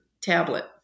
tablet